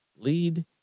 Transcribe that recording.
lead